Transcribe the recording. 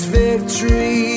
victory